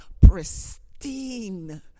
pristine